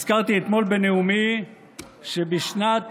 הזכרתי אתמול בנאומי שבשנת